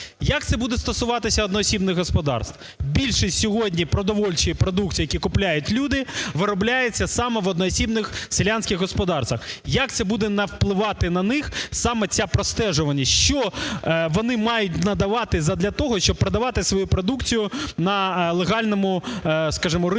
Як це буде стосуватися одноосібних господарств? Більшість сьогодні продовольчої продукції, яку купляють люди, виробляється саме в одноосібних селянських господарствах. Як це буде впливати на них, саме ця простежуваність, що вони мають надавати задля того, щоб продавати свою продукцію на легальному,